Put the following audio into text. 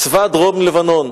צבא דרום-לבנון,